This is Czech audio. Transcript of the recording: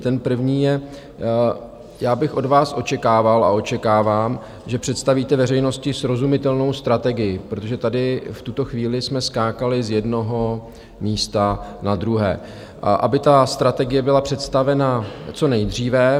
Ten první je, já bych od vás očekával a očekávám, že představíte veřejnosti srozumitelnou strategii, protože tady v tuto chvíli jsme skákali z jednoho místa na druhé, a aby ta strategie byla představena co nejdříve.